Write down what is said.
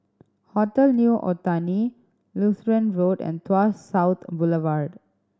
Hotel New Otani Lutheran Road and Tuas South Boulevard